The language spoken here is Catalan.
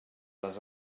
les